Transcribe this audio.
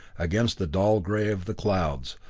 against the dull gray of the clouds,